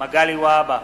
מגלי והבה,